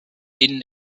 denen